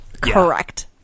Correct